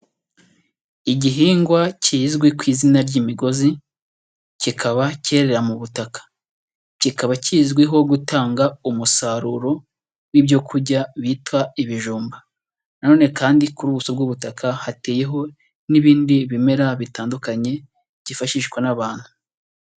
Igihingwa kizwi ku izina ry'imigozi, kikaba cyerera mu butaka, kikaba kizwiho gutanga umusaruro w'ibyo kurya bita ibijumba na none kandi ku buso bw'ubutaka hateyeho n'ibindi bimera bitandukanye byifashishwa n'abantu.